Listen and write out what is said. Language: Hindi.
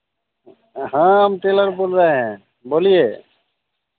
हाँ हम टेलर बोल रहे हैं बोलिए